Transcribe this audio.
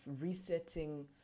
resetting